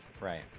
right